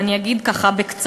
ואני אגיד בקצרה,